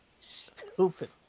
stupid